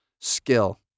skill